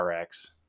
rx